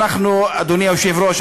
אדוני היושב-ראש,